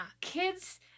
Kids